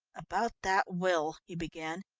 about that will he began,